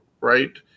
right